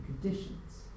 conditions